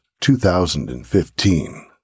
2015